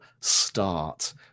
start